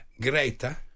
Greta